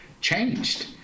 changed